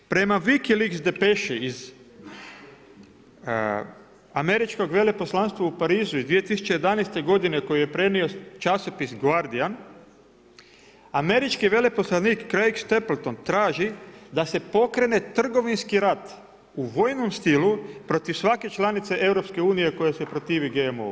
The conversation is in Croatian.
Prema Wikileaks depeši iz američkog veleposlanstva u Parizu iz 2011. godine koji je prenio časopis Guardian, američki veleposlanik Craig Stapleton traži da se pokrene trgovinski rat u vojnom stilu protiv svake članice EU-a koja se protivi GMO-u.